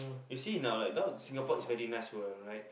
you see in our like now Singapore is very nice were I right